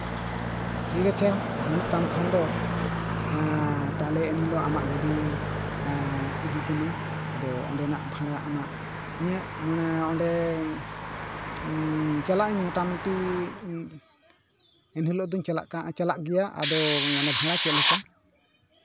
ᱴᱷᱤᱠ ᱟᱪᱷᱮ ᱵᱟᱹᱱᱩᱜ ᱛᱟᱢ ᱠᱷᱟᱱ ᱫᱚ ᱛᱟᱦᱞᱮ ᱮᱱᱦᱤᱞᱳᱜ ᱟᱢᱟᱜ ᱜᱟᱹᱰᱤ ᱮᱸᱜ ᱤᱫᱤ ᱛᱟᱹᱢᱟᱹᱧ ᱚᱸᱰᱮᱱᱟᱜ ᱵᱷᱟᱲᱟ ᱟᱢᱟᱜ ᱤᱧᱟᱹᱜ ᱢᱟᱱᱮ ᱚᱸᱰᱮ ᱪᱟᱞᱟᱜ ᱟᱹᱧ ᱢᱳᱴᱟᱢᱩᱴᱤ ᱮᱱᱦᱤᱞᱳᱜ ᱫᱩᱧ ᱪᱟᱞᱟᱜ ᱜᱮᱭᱟ ᱟᱫᱚ ᱢᱟᱱᱮ ᱵᱷᱟᱲᱟ ᱪᱮᱫ ᱞᱮᱠᱟ